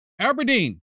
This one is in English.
Aberdeen